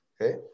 Okay